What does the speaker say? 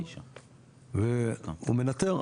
והוא מנטר.